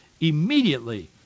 Immediately